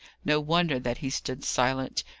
no wonder that he stood silent,